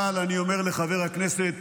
אבל אני אומר לחבר הכנסת